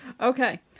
Okay